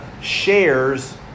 shares